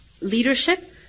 leadership